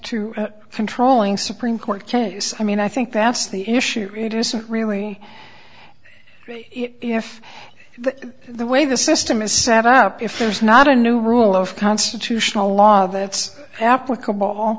to controlling supreme court case i mean i think that's the issue isn't really if but the way the system is set up if there's not a new rule of constitutional law that's applicable